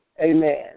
Amen